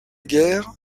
guerre